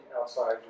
outside